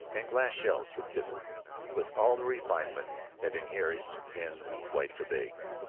and glass shelves of kisses with all the refinement that inheres in whites of eggs.